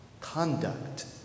conduct